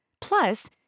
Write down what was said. Plus